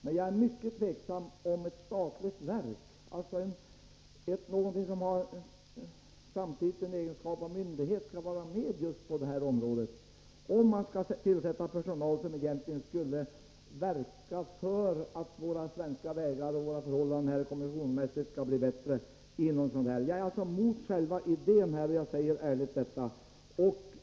Men jag är mycket tveksam till att ett statligt verk, som samtidigt har egenskapen att vara myndighet, skall vara med på det här området och till detta använda personal som egentligen skulle verka för att våra svenska vägar och vägförhållanden skall bli bättre. Jag är alltså emot själva idén, och jag säger det ärligt.